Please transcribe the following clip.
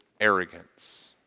arrogance